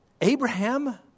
Abraham